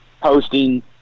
posting